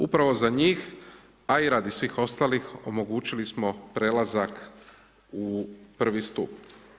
Upravo za njih, a i radi svih ostalih, omogućili smo prelazak u prvi stup.